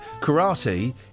Karate